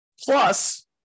Plus